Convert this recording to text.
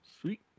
Sweet